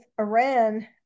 Iran